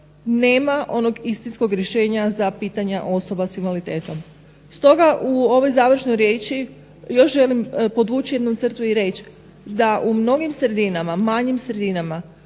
nema onog istinskog rješenja za pitanja osoba s invaliditetom. Stoga u ovoj završnoj riječi još želim podvući jednu crtu i reć da u mnogim sredinama, manjim sredinama,